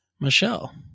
Michelle